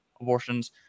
abortions